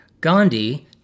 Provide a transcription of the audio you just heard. Gandhi